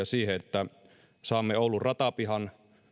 siihen että saamme oulun ratapihan